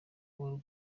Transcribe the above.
abo